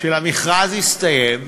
של המכרז יסתיים,